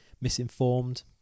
misinformed